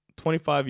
25